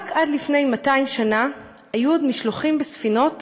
עד לפני רק 200 שנה עוד היו משלוחים בספינות